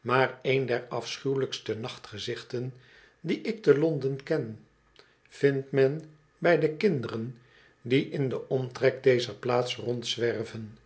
maar een der afschuwelijkste nachtgezichten die ik te londen ken vindt men bij de kinderen die in den omtrek dezer plaats rondzwerven